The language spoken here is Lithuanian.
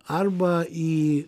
arba į